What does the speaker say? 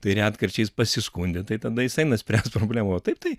tai retkarčiais pasiskundi tai tada jis eina spręst problemą taip tai